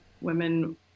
women